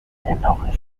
dennoch